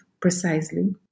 precisely